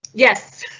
yes,